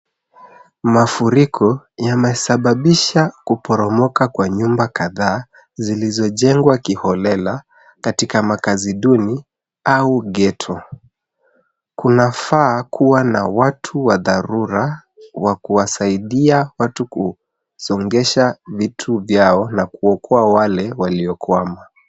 Mafuriko yamesababisha kuporomoka kwa nyumba kadhaa zilizojengwa kiholela katika makazi duni au ghetto . Kunafaa kuwa na watu wa dharura wa kuwasaidia watu kusongesha vitu vyao na kuokoa wale waliokwama.